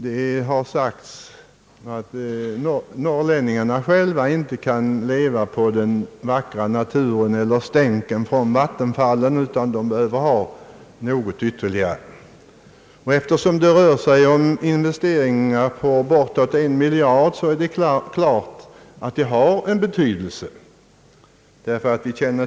Det har sagts att norrlänningarna själva inte kan leva på den vackra naturen eller stänken från vattenfallen, utan de behöver ha något ytterligare. Eftersom det här rör sig om investeringar på bortåt en miljord kronor, är det klart att denna sida av saken har sin betydelse.